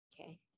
Okay